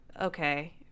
okay